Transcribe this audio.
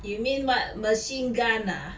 you mean [what] machine gun ah